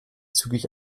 zügig